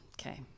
Okay